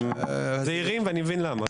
הם זהירים ואני מבין למה.